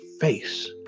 face